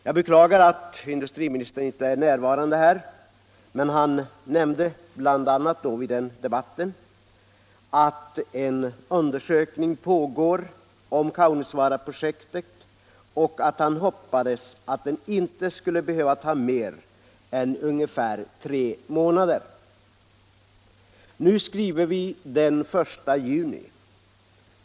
Jag beklagar att industriministern inte är närvarande här, men han nämnde vid den debatten bl.a. att en undersökning pågår om Kaunisvaaraprojektet och att han hoppades att den inte skulle behöva ta mer än ungefär tre månader. Nu skriver vi den 1 juni.